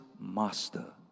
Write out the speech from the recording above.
master